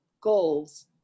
goals